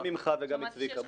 גם ממך וגם מצביקה,